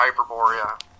Hyperborea